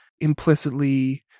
implicitly